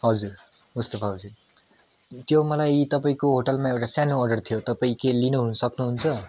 हजुर मुस्तुबा हुसेन त्यो मलाई तपाईँको होटलमा एउटा सानो अर्डर थियो तपाईँ के लिन सक्नुहुन्छ